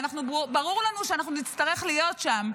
וברור לנו שאנחנו נצטרך להיות שם,